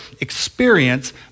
experience